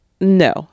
No